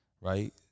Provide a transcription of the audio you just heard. right